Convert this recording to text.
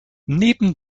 neben